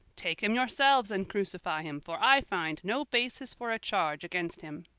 take him yourselves, and crucify him, for i find no basis for a charge against him.